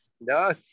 no